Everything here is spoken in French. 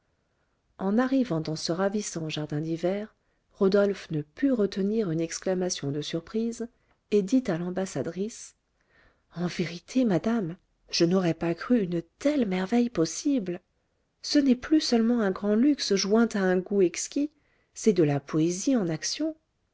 en arrivant dans ce ravissant jardin d'hiver rodolphe ne put retenir une exclamation de surprise et dit à l'ambassadrice en vérité madame je n'aurais pas cru une telle merveille possible ce n'est plus seulement un grand luxe joint à un goût exquis c'est de la poésie en action